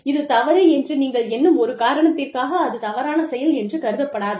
இது தவறு என்று நீங்கள் எண்ணும் ஒரு காரணத்திற்காக அது தவறான செயல் என்று கருதப்படாது